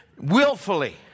willfully